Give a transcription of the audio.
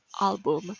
album